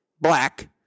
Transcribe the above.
black